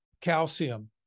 calcium